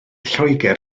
lloegr